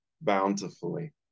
bountifully